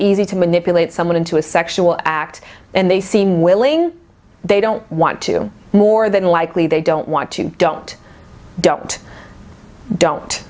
manipulate someone into a sexual act and they seem willing they don't want to more than likely they don't want to you don't don't don't